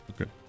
Okay